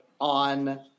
on